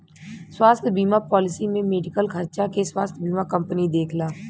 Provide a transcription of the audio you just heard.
स्वास्थ्य बीमा पॉलिसी में मेडिकल खर्चा के स्वास्थ्य बीमा कंपनी देखला